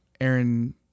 Aaron